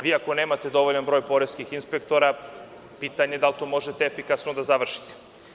Vi ako nemate dovoljan broj poreskih inspektora pitanje je da li to možete efikasno da završite.